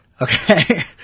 Okay